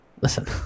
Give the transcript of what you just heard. Listen